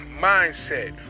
mindset